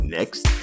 Next